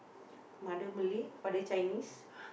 mother Malay father Chinese